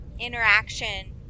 interaction